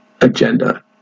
agenda